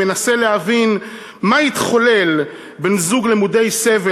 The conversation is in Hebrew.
מנסה להבין מה התחולל בין זוג למודי סבל,